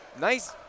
Nice